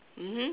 mmhmm